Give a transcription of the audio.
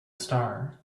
star